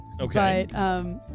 Okay